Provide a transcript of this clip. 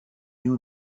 néo